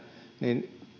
niin